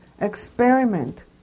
experiment